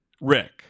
Rick